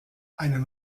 einen